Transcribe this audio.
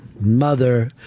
Mother